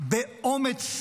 באומץ לב,